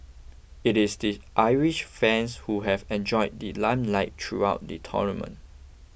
it is the Irish fans who have enjoyed the limelight throughout the tournament